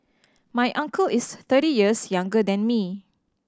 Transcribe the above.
my uncle is thirty years younger than me